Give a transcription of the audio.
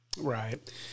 Right